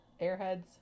Airheads